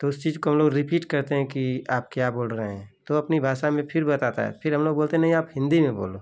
तो उस चीज़ को हम लोग रिपीट करते हैं कि आप क्या बोल रहे हैं तो अपनी भाषा में फिर बताता है फिर हम लोग बोलते हैं नहीं आप हिन्दी में बोलो